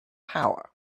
power